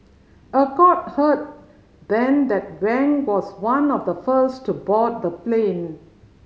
a court heard then that Wang was one of the first to board the plane